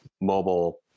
mobile